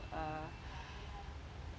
uh